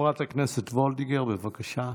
חברת הכנסת וולדיגר, בבקשה.